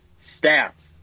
stats